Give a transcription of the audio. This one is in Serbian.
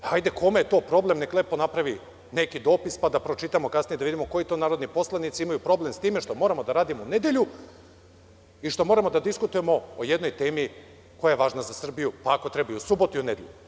Hajde, kome je to problem neka lepo napravi neki dopis pa da pročitamo kasnije, da vidimo koji to narodni poslanici imaju problem sa time što moramo da radimo u nedelju i što moramo da diskutujemo o jedno temi koja je važna za Srbiju, pa ako treba i u subotu i u nedelju.